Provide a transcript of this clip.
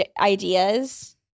ideas